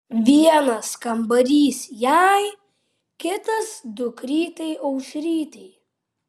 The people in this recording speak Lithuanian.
vienas kambarys jai kitas dukrytei aušrytei